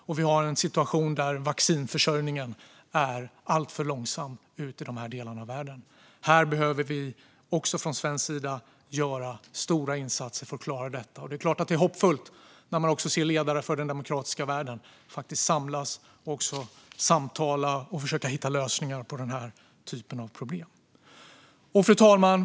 Och vi har en situation där vaccinförsörjningen går alltför långsamt ut till dessa delar av världen. Vi behöver från svensk sida göra stora insatser för att klara detta. Och det är klart att det är hoppfullt när man också ser ledare för den demokratiska världen samlas och samtala och försöka hitta lösningar på denna typ av problem. Fru talman!